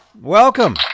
welcome